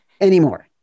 anymore